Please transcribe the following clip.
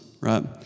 right